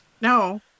No